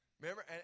Remember